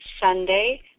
Sunday